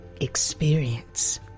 experience